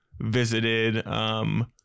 visited